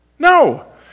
No